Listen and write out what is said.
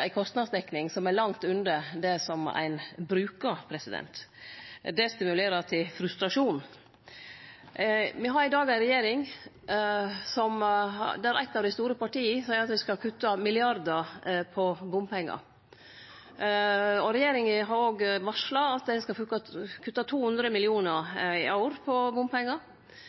ei kostnadsdekning som er langt under det som ein brukar. Det stimulerer til frustrasjon. Me har i dag ei regjering der eit av dei store partia seier at dei skal kutte milliardar på bompengar. Regjeringa har òg varsla at dei skal kutte 200 mill. kr i år på bompengar.